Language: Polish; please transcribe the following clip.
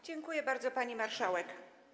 Dziękuję bardzo, pani marszałek.